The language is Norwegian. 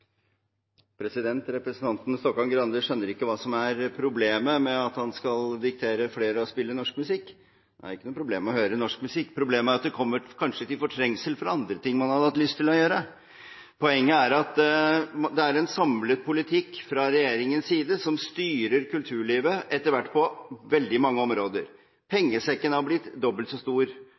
Representanten Stokkan-Grande skjønner ikke hva som er problemet med at man skal diktere flere å spille norsk musikk. Det er ikke noe problem å høre norsk musikk, problemet er at det kanskje kommer til fortrengsel for andre ting man hadde hatt lyst til å gjøre. Poenget er at det er en samlet politikk fra regjeringens side som styrer kulturlivet – etter hvert på veldig mange områder. Pengesekken er blitt dobbelt så stor.